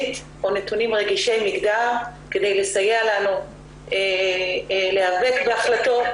או נתונים רגישי מגדר כדי לסייע לנו להיאבק בהחלטות